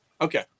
Okay